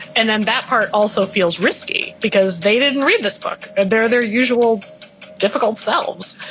and then that part also feels risky because they didn't read this book. and they're their usual difficult selves.